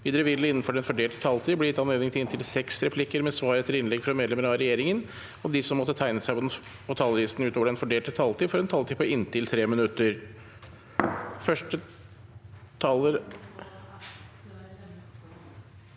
Videre vil det – innenfor den fordelte taletid – bli gitt anledning til inntil seks replikker med svar etter innlegg fra medlemmer av regjeringen, og de som måtte tegne seg på talerlisten utover den fordelte taletid, får også en taletid på inntil 3 minutter.